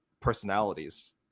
personalities